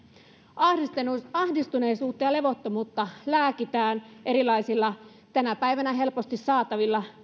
ahdistuneisuutta ahdistuneisuutta ja levottomuutta lääkitään erilaisilla tänä päivänä helposti saatavilla